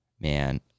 man